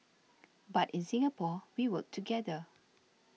but in Singapore we work together